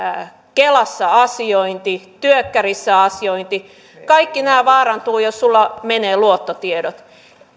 kelassa asiointi työkkärissä asiointi kaikki nämä vaarantuvat jos sinulta menevät luottotiedot